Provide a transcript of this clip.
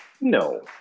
No